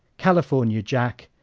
california jack,